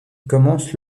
commence